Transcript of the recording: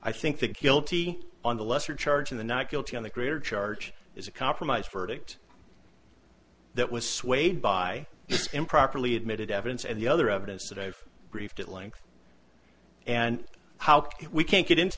i think the guilty on the lesser charge of the not guilty on the greater charge is a compromised verdict that was swayed by improperly admitted evidence and the other evidence that i have briefed at length and how can we can't get into